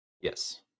Yes